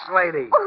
lady